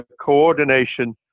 coordination